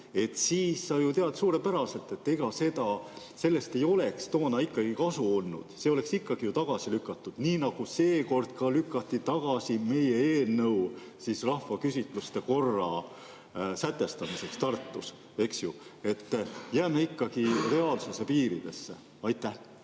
Sa ju tead suurepäraselt, et ega sellest ei oleks toona ikkagi kasu olnud. See oleks ikkagi ju tagasi lükatud, nii nagu seekord lükati tagasi meie eelnõu rahvaküsitluste korra sätestamiseks Tartus, eks. Jääme ikkagi reaalsuse piiridesse. Aitäh!